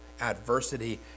adversity